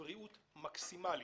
בבריאות מקסימלית.